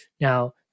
Now